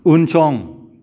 उनसं